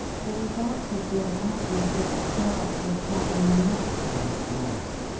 the result would be an atmosphere charged with carbon monoxide gas,